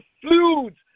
fluids